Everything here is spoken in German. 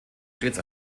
stets